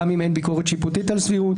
גם אם אין ביקורת שיפוטית על סבירות,